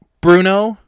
Bruno